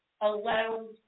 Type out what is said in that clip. allowed